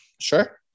Sure